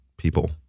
people